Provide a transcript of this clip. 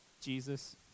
Jesus